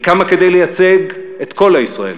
היא קמה כדי לייצג את כל הישראלים,